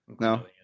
No